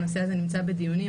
הנושא הזה נמצא בדיונים,